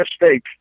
mistake